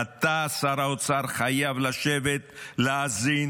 אתה, שר האוצר, חייב לשבת, להאזין